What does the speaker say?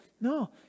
No